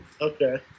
Okay